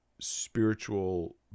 spiritual